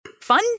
fun